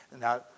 Now